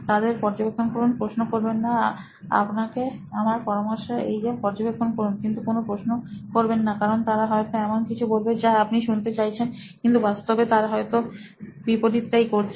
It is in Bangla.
তাদের পর্যবেক্ষণ করুন প্রশ্ন করবেন না আপনাকে আমার পরামর্শ এই যে পর্যবেক্ষণ করুন কিন্তু কোনো প্রশ্ন করবেন না কারণ তারা হয়তো এমন কিছু বলবে যা আপনি শুনতে চাইছেন কিন্তু বাস্তবে তারা হয়তো বিপরীতটাই করছে